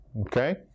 Okay